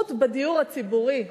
זכות בדיור הציבורי,